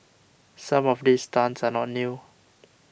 some of these stunts are not new